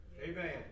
Amen